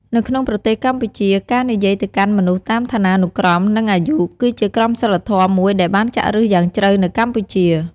នៅក្នុងប្រទេសកម្ពុជា ការនិយាយទៅកាន់មនុស្សតាមឋានានុក្រម និងអាយុ គឺជាក្រមសីលធម៌មួយដែលបានចាក់ឫសយ៉ាងជ្រៅនៅកម្ពុជា។